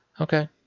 Okay